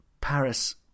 Paris